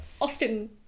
Austin